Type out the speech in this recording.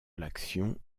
l’action